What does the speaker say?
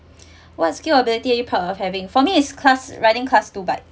what skill ability are you proud of having for me it's class riding class two bikes